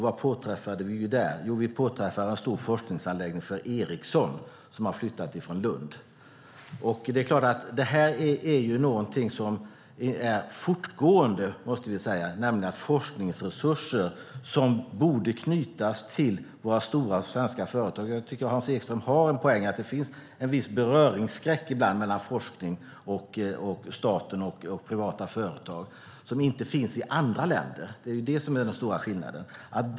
Vad påträffade vi där? Jo, en stor forskningsanläggning för Ericsson, som har flyttat från Lund. Detta är något som är fortgående. Jag tycker att Hans Ekström har en poäng i att det ibland finns en viss beröringsskräck mellan staten och privata företag som inte finns i andra länder. Det är det som är den stora skillnaden.